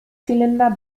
zylinder